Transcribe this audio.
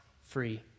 free